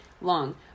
long